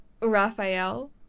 Raphael